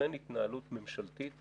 שבוחן התנהלות ממשלתית